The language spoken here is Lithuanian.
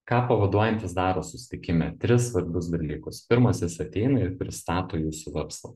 ką pavaduojantis daro susitikime tris svarbius dalykus pirmas jis ateina ir pristato jūsų verslą